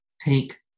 take